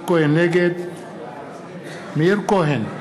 נגד מאיר כהן,